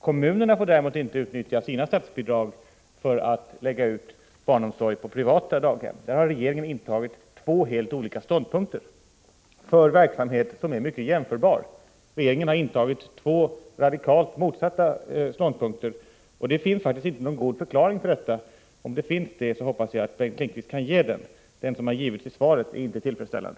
Kommunerna får däremot inte utnyttja sina statsbidrag för att lägga ut barnomsorg på privata daghem. Där har regeringen intagit två helt olika ståndpunkter för verksamheter som är i högsta grad jämförbara. Regeringen har alltså intagit två radikalt motsatta ståndpunkter, och det finns faktiskt inte någon god förklaring till detta. Om det skulle finnas det, hoppas jag att Bengt Lindqvist kan redovisa den. Den förklaring som givits i svaret är inte tillfredsställande.